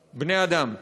בני-אדם,